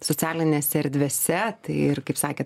socialinėse erdvėse taiir kaip sakėt